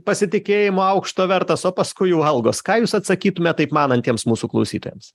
pasitikėjimo aukšto vertas o paskui jau algos ką jūs atsakytumėt taip manantiems mūsų klausytojams